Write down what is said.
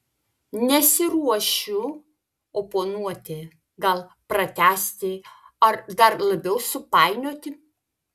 nesiruošiu oponuoti gal pratęsti ar dar labiau supainioti